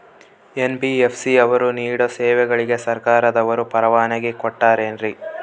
NBFC ಅವರು ನೇಡೋ ಸೇವೆಗಳಿಗೆ ಸರ್ಕಾರದವರು ಪರವಾನಗಿ ಕೊಟ್ಟಾರೇನ್ರಿ?